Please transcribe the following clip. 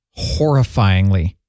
horrifyingly